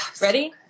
Ready